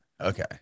okay